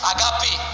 Agape